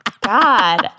God